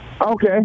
Okay